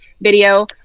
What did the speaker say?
video